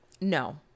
No